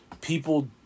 people